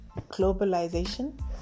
globalization